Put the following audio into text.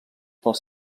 pels